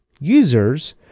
users